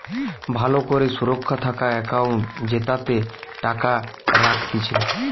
ভালো করে সুরক্ষা থাকা একাউন্ট জেতাতে টাকা রাখতিছে